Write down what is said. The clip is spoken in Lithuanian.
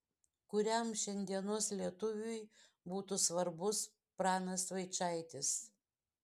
kuriam šiandienos lietuviui būtų svarbus pranas vaičaitis